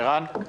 ערן,